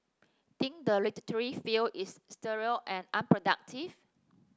think the literary field is sterile and unproductive